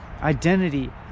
identity